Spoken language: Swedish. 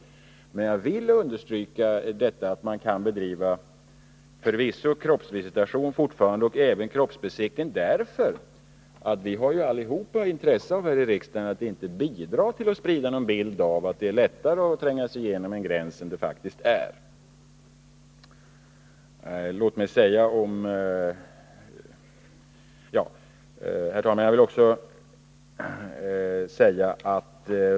Anledningen till att jag vill framhålla att tullen fortfarande kan utföra kroppsvisitation och kroppsbesiktning är att vi alla här i riksdagen har intresse av att inte bidra till att sprida en bild av att det är lättare att tränga sig igenom en gräns än vad det faktiskt är. Herr talman!